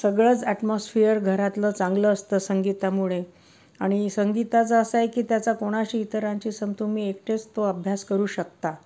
सगळंच ॲटमॉस्फियर घरातलं चांगलं असतं संगीतामुळे आणि संगीताचं असं आहे की त्याचा कोणाशी इतरांची सम तुम्ही एकटेच तो अभ्यास करू शकता